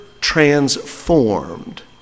transformed